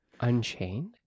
Unchained